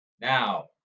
Now